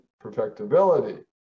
perfectibility